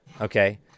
Okay